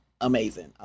amazing